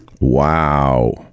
Wow